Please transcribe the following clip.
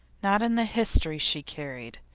not in the history she carried.